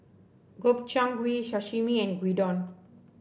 Gobchang Gui Sashimi and Gyudon